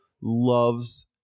loves